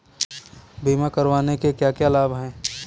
बीमा करवाने के क्या क्या लाभ हैं?